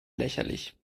lächerlich